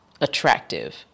attractive